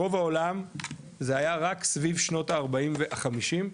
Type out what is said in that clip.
ברוב העולם זה היה רק סביב שנות הארבעים והחמישים,